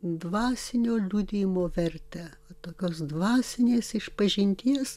dvasinio liudijimo vertę tokios dvasinės išpažinties